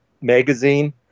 magazine